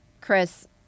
Chris